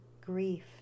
grief